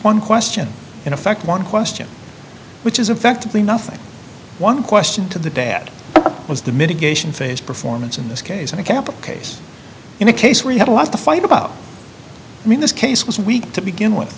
one question in effect one question which is effectively nothing one question to the dad was the mitigation phase performance in this case in a capital case in a case where you had a lot to fight about i mean this case was weak to begin with